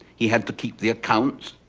he had to keep the accounts,